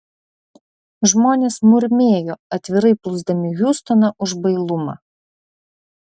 žmonės murmėjo atvirai plūsdami hiustoną už bailumą